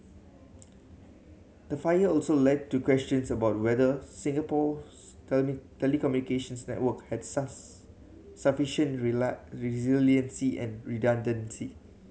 the fire also led to questions about whether Singapore's telecommunications network had sufficient rely resiliency and redundancy